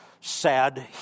sad